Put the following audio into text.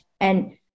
And-